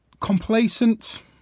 Complacent